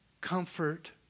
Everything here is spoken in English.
comfort